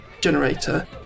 generator